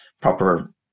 proper